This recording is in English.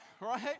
Right